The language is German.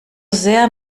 sehr